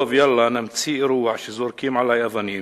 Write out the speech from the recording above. טוב, יאללה, נמציא אירוע שזורקים עלי אבנים.